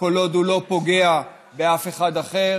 כל עוד הוא לא פוגע באף אחד אחר,